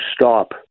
stop